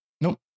nope